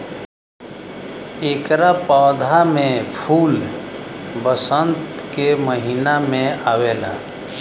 एकरा पौधा में फूल वसंत के महिना में आवेला